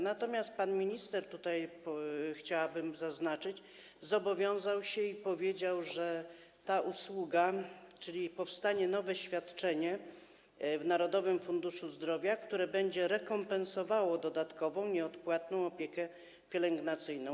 Natomiast pan minister - chciałabym zaznaczyć - zobowiązał się i zapowiedział, że powstanie nowe świadczenie w Narodowym Funduszu Zdrowia, które będzie rekompensowało dodatkową, nieodpłatną opiekę pielęgnacyjną.